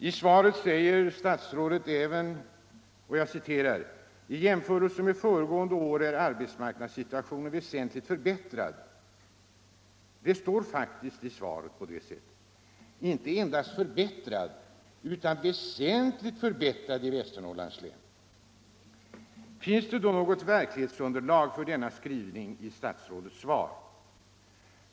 I svaret säger statsrådet även: ”I jämförelse med föregående år är dock arbetsmarknadssituationen väsentligt förbättrad.” Så står det faktiskt i svaret — inte endast förbättrad utan väsentligt förbättrad i Västernorrlands län. Finns det då något verklighetsunderlag för denna skrivning i statsrådets svar?